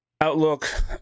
outlook